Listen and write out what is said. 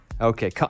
Okay